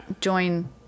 join